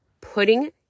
putting